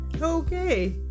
Okay